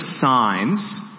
Signs